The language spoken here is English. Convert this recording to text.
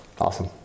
Awesome